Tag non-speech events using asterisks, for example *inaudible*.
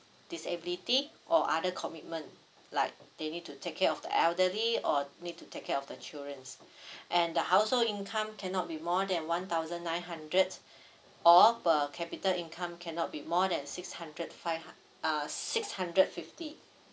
disability or other commitment like they need to take care of the elderly or need to take care of the children *breath* and the household income cannot be more than one thousand nine hundred or per capita income cannot be more than six hundred five hu~ uh six hundred fifty